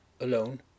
alone